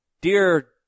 Dear